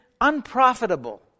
unprofitable